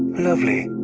lovely.